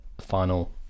final